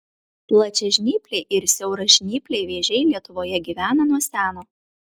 plačiažnypliai ir siauražnypliai vėžiai lietuvoje gyvena nuo seno